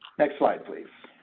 next slide please.